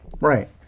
Right